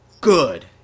good